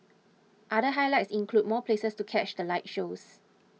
other highlights include more places to catch the light shows